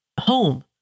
home